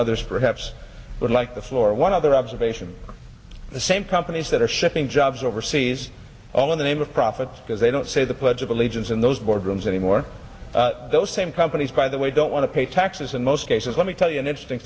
others perhaps would like the floor one other observation the same companies that are shipping jobs overseas all in the name of profits because they don't say the pledge of allegiance in those boardrooms anymore those same companies by the way don't want to pay taxes in most cases let me tell you an interesting